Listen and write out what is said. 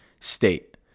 state